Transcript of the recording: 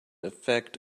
effect